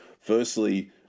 Firstly